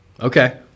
Okay